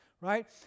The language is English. right